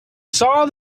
saw